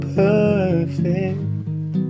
perfect